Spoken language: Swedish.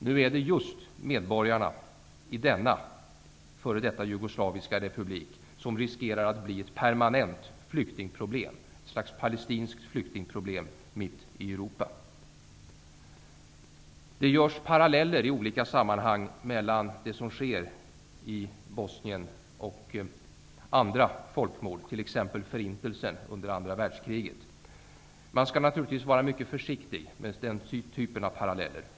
Nu är det medborgarna i denna f.d. jugoslaviska republik som riskerar att bli ett permanent flyktingproblem, ett slags palestinskt flyktingproblem mitt i Europa. Det dras paralleller i olika sammanhang mellan det som sker i Bosnien och andra folkmord, t.ex. förintelsen under andra världskriget. Man skall naturligtvis vara mycket försiktig med den typen av paralleller.